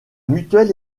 mutuelle